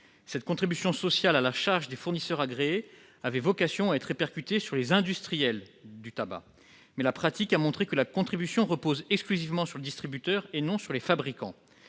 Cette contribution sociale à la charge des fournisseurs agréés avait vocation à être répercutée sur les industriels du tabac, mais la pratique a montré qu'elle reposait exclusivement sur le distributeur, et non sur les fabricants.